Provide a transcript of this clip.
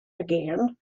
again